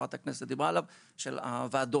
שחברת הכנסת דיברה עליו, של הוועדות,